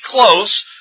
close